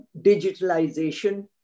digitalization